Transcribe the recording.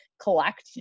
collect